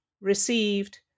received